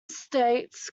states